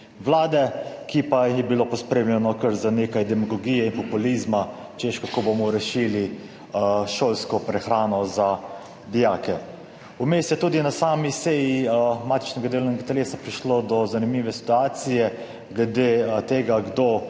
vlade, ki pa je bilo pospremljeno kar z nekaj demagogije in populizma, češ, kako bomo rešili šolsko prehrano za dijake. Vmes je tudi na sami seji matičnega delovnega telesa prišlo do zanimive situacije glede tega, kdo